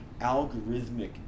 algorithmic